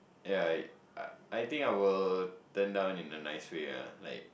yea I I think I will turn down in the nice way ah like